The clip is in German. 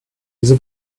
diese